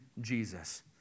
Jesus